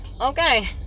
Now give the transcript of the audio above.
Okay